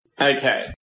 Okay